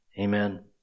Amen